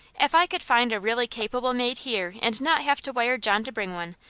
if i could find a really capable maid here and not have to wire john to bring one,